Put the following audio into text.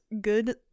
good